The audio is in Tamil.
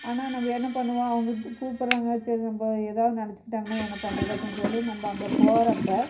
ஆனால் நம்ம என்ன பண்ணுவோம் அவங்க வந்து கூப்பிட்றாங்க சரி நம்ம ஏதாவது நினைச்சிக்கிட்டாங்க என்ன பண்ணுறது அப்படின்னு சொல்லி நம்ம அங்கே போகிறப்ப